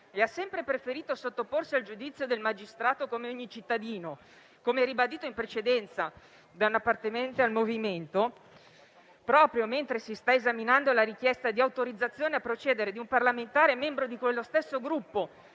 sempre preferito sottoporsi al giudizio del magistrato come ogni cittadino - un'affermazione del resto ribadita poco fa da un appartenente al MoVimento - proprio mentre si sta esaminando la richiesta di autorizzazione a procedere di un parlamentare membro di quello stesso Gruppo,